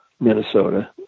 Minnesota